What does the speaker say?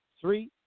three